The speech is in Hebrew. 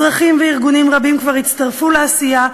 אזרחים וארגונים רבים כבר הצטרפו לעשייה,